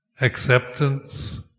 acceptance